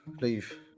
leave